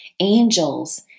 angels